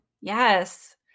Yes